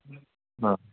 अ